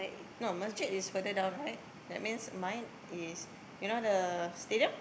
no masjid is further down right that means mine is you know the Stadium